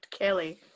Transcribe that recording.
Kelly